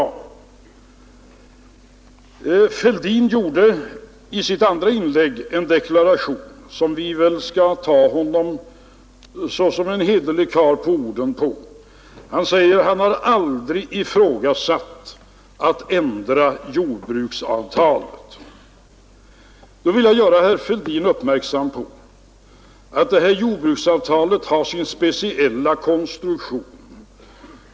Herr Fälldin gjorde i sitt andra inlägg en deklaration, och som en hederlig karl skall han väl tas på orden. Han sade att han aldrig har ifrågasatt att ändra jordbruksavtalet. Då vill jag göra herr Fälldin uppmärksam på att jordbruksavtalet har sin speciella konstruktion.